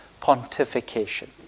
pontification